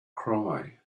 cry